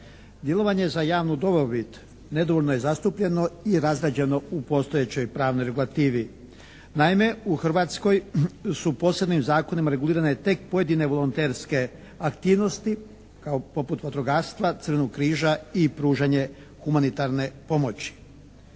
Djelovanje za javnu dobrobit nedovoljno je zastupljeno i razrađeno u postojećoj pravnoj regulativi. Naime, u Hrvatskoj su posebnim zakonima regulirane tek pojedine volonterske aktivnosti poput vatrogastva, "Crvenog križa" i pružanje humanitarne pomoći.